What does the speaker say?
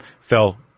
fell